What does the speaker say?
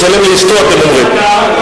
לשלם לאשתו, אתם אומרים.